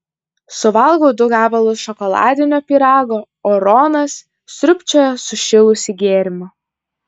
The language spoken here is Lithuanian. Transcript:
suvalgau du gabalus šokoladinio pyrago o ronas sriubčioja sušilusį gėrimą